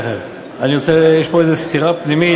יש פה איזו סתירה פנימית,